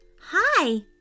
Hi